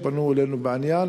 והם פנו אלינו בעניין.